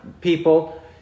people